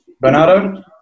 Bernardo